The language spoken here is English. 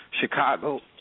Chicago